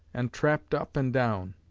and trapped up and down.